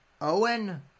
Owen